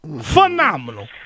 phenomenal